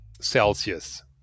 Celsius